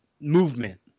movement